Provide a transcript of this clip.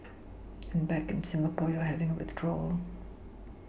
and back in Singapore you're having a withdrawal